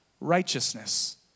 righteousness